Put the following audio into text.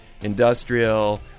industrial